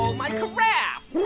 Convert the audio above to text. my carafe